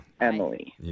Emily